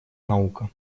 наука